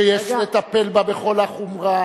שיש לטפל בה בכל החומרה,